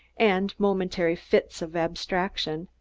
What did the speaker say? and momentary fits of abstraction,